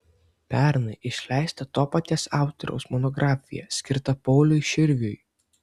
pernai išleista to paties autoriaus monografija skirta pauliui širviui